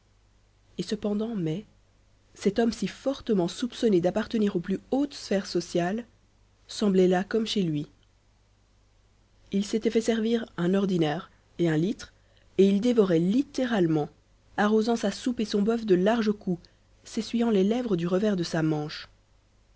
et cependant mai cet homme si fortement soupçonné d'appartenir aux plus hautes sphères sociales semblait là comme chez lui il s'était fait servir un ordinaire et un litre et il dévorait littéralement arrosant sa soupe et son bœuf de larges coups s'essuyant les lèvres du revers de sa manche